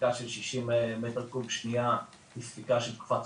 ספיקה של 60 מטר קוב לשנייה היא ספיקה שמתאימה לתקופה של